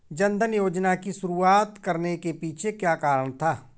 जन धन योजना की शुरुआत करने के पीछे क्या कारण था?